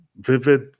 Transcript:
vivid